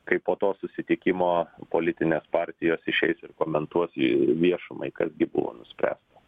kai po to susitikimo politinės partijos išeis ir komentuos į viešumai kas gi buvo nuspręsta